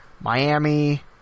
Miami